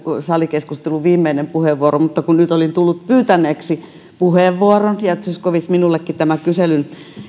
salikeskustelun viimeinen puheenvuoro mutta kun nyt olin tullut pyytäneeksi puheenvuoron ja zyskowicz minullekin tämän kyselyn